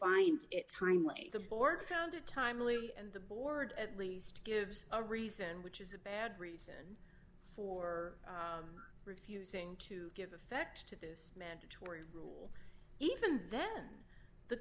timely the board found it timely and the board at least gives a reason which is a bad reason for refusing to give effect to this mandatory rule even then the